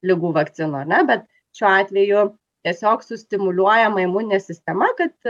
ligų vakcinų ar ne bet šiuo atveju tiesiog sustimuliuojama imuninė sistema kad